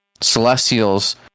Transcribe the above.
Celestials